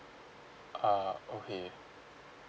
ah okay